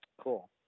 cool